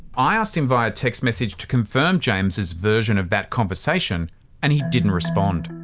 i asked him via text message to confirm james's version of that conversation and he didn't respond.